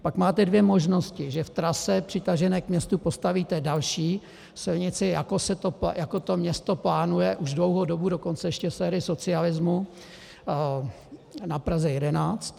Pak máte dvě možnosti, že v trase přitažené k městu postavíte další silnici, jako to město plánuje už dlouhou dobu, dokonce ještě z éry socialismu na Praze 11.